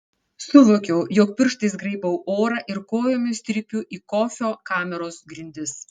suvokiau jog pirštais graibau orą ir kojomis trypiu į kofio kameros grindis